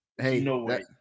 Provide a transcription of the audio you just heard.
Hey